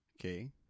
Okay